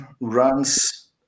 runs